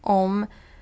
om-